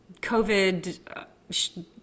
covid